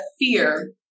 fear